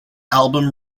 album